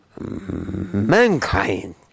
mankind